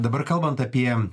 dabar kalbant apie